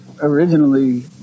originally